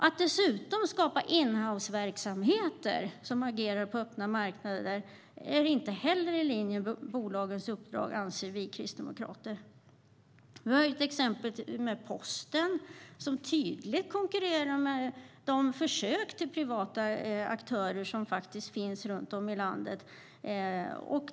Att skapa in-house-verksamheter som agerar på öppna marknader är heller inte i linje med bolagens uppdrag, anser vi kristdemokrater. Vi har exemplet Posten, som tydligt konkurrerar med de försök till privata aktörer som finns runt om i landet.